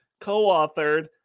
co-authored